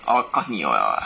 oh cause 你有了 ah